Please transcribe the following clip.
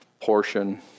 portion